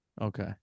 Okay